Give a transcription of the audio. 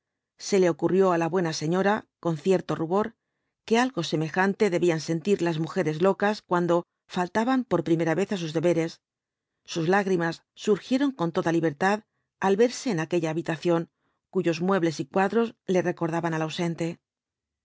se le ocurrió á la buena señora con cierto rubor que algo semejante debían sentir las mujeres locas cuando faltaban por primera vez á sus deberes sus lágrimas surgieron con toda libertad al verse en aquella habitación cuyos muebles y cuadros le recordaban al ausente